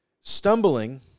stumbling